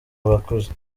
abakuze